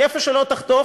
כי איפה שלא תחתוך,